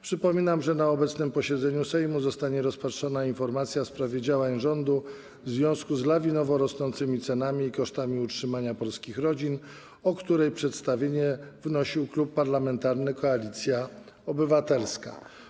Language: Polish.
Przypominam, że na obecnym posiedzeniu Sejmu zostanie rozpatrzona informacja w sprawie działań rządu w związku z lawinowo rosnącymi cenami i kosztami utrzymania polskich rodzin, o której przedstawienie wnosił Klub Parlamentarny Koalicja Obywatelska.